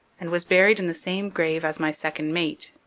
and was buried in the same grave as my second mate.